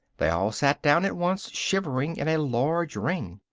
they all sat down at once, shivering, in a large ring,